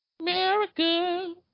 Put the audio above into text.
America